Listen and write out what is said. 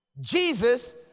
Jesus